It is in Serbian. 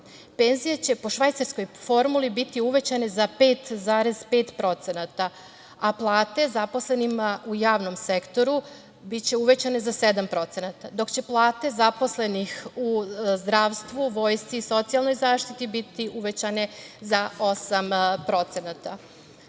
plata. Penzije će po švajcarskoj formuli biti uvećane za 5,5%, a plate zaposlenima u javnom sektoru biće uvećane za 7%, dok će plate zaposlenih u zdravstvu, vojsci, socijalnoj zaštiti biti uvećane za